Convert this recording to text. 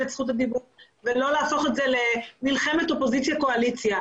את זכות הדיבור ולא להפוך את זה למלחמת אופוזיציה וקואליציה.